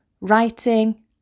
writing